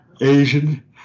Asian